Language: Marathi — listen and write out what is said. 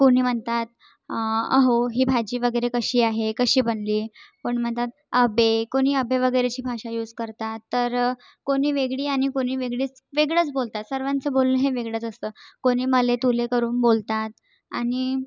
कोणी म्हणतात अहो ही भाजी वगैरे कशी आहे कशी बनली कोण म्हणतात अबे कोणी अबे वगैरेची भाषा यूस करतात तर कोणी वेगळी आणि कोणी वेगळीच वेगळंच बोलतात सर्वांचं बोलणं हे वेगळंच असतं कोणी मला तुला करून बोलतात आणि